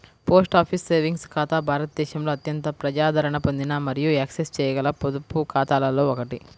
post office savings ఖాతా భారతదేశంలో అత్యంత ప్రజాదరణ పొందిన మరియు యాక్సెస్ చేయగల పొదుపు ఖాతాలలో ఒకటి